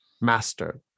master